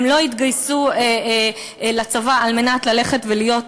הן לא התגייסו לצבא על מנת ללכת ולהיות